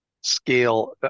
scale